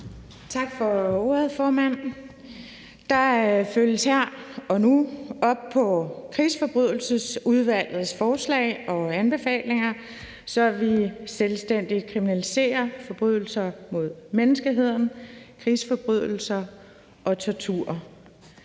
Tak for ordet, formand. Der følges her og nu op på Krigsforbrydelsesudvalgets forslag og anbefalinger, så vi selvstændigt kriminaliserer forbrydelser mod menneskeheden, krigsforbrydelser og tortur.